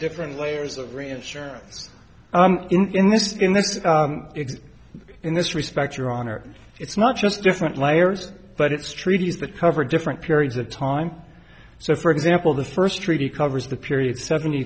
different layers of reinsurance in this in this exist in this respect your honor it's not just different layers but it's treaties that cover different periods of time so for example the first treaty covers the period seventy